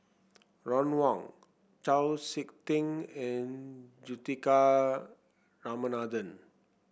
Ron Wong Chau SiK Ting and Juthika Ramanathan